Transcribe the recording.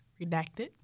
redacted